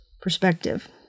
perspective